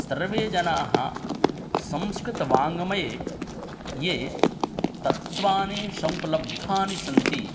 सर्वे जनाः संस्कृतवाङ्मये ये तत्त्वानि समुपलब्धानि सन्ति